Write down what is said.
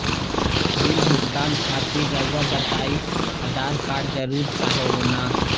Bill भुगतान खातिर रहुआ बताइं आधार कार्ड जरूर चाहे ना?